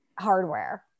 hardware